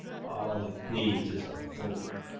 all it needs is a vote.